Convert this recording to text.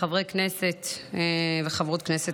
חברי כנסת וחברות כנסת